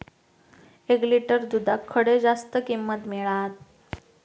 एक लिटर दूधाक खडे जास्त किंमत मिळात?